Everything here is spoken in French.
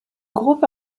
groupe